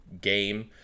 game